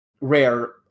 rare